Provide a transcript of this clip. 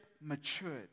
matured